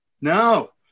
No